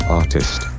artist